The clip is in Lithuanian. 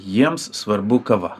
jiems svarbu kava